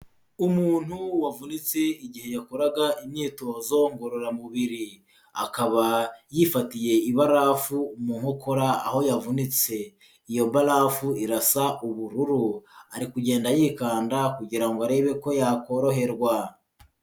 Umuntu wavunitse igihe yakoraga imyitozo ngororamubiri, akaba yifatiye ibarafu mu nkokora aho yavunitse, iyo barafu irasa ubururu, ari kugenda yikanda kugira ngo arebe ko yakoroherwa.